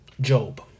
Job